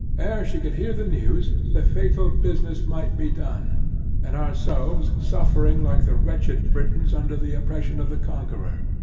ere she could hear the news, the fatal business might be done and ourselves suffering like the wretched britons under the oppression of the conqueror.